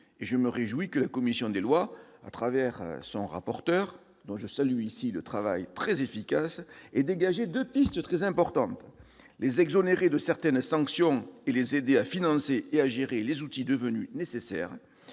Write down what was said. ! Je me réjouis donc que la commission des lois, par l'entremise de son rapporteur, dont je salue ici le travail très efficace, ait dégagé deux pistes très importantes : exonérer les collectivités de certaines sanctions et les aider à financer et à gérer les outils devenus nécessaires.